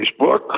Facebook